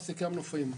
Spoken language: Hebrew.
מעסיקי המנופאים.